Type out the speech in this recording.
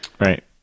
Right